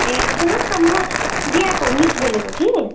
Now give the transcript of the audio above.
ए सुन्नुहोस् न म दियाको मिस बोलेको कि